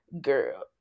Girl